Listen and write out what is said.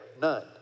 none